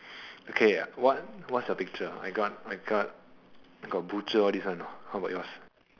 okay what what's your picture I got I got got butcher all these one how about yours